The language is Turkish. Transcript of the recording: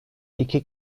iki